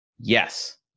Yes